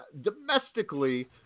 domestically